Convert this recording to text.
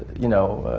you know,